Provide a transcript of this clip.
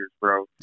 bro